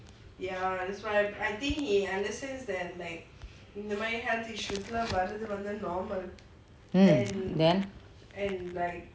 mm then